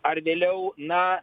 ar vėliau na